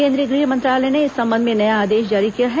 केंद्रीय गृह मंत्रालय ने इस संबंध में नया आदेश जारी किया है